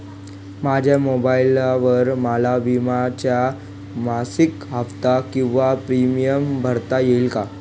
माझ्या मोबाईलद्वारे मला विम्याचा मासिक हफ्ता किंवा प्रीमियम भरता येईल का?